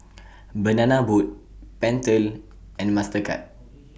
Banana Boat Pentel and Mastercard